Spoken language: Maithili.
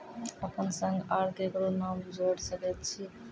अपन संग आर ककरो नाम जोयर सकैत छी?